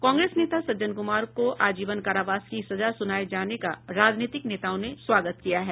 कांग्रेस नेता सज्जन कुमार को आजीवन कारावास की सजा सुनाए जाने का राजनीतिक नेताओं ने स्वागत किया है